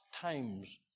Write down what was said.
times